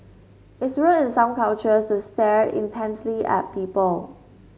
it's rude in some cultures to stare intensely at people